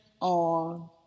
on